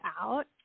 out